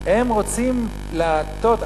הם רוצים להטות.